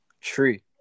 tree